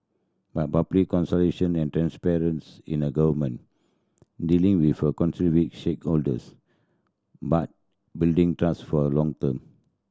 but public consultation and transparency in the Government dealing with concerned stakeholders but building trust for a long term